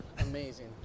Amazing